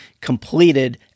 completed